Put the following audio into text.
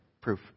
proof